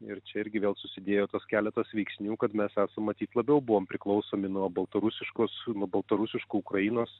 ir čia irgi vėl susidėjo tas keletas veiksnių kad mes esam matyt labiau buvom priklausomi nuo baltarusiškos baltarusiškų ukrainos